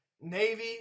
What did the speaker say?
Navy